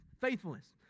Faithfulness